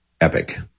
Epic